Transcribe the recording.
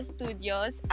Studios